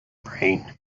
brain